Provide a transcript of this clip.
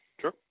Sure